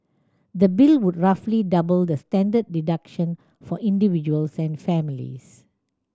the bill would roughly double the standard deduction for individuals and families